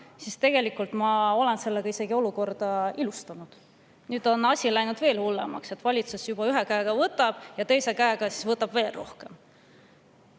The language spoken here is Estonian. siis tegelikult ma olen sellega isegi olukorda ilustanud. Nüüd on asi läinud veel hullemaks: valitsus ühe käega võtab ja teise käega võtab veel rohkem.